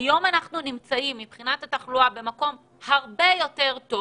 היום מבחינת התחלואה אנחנו נמצאים במקום הרבה יותר טוב